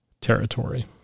territory